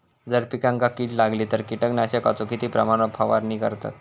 जर पिकांका कीड लागली तर कीटकनाशकाचो किती प्रमाणावर फवारणी करतत?